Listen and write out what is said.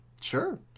Sure